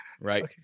right